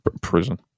Prison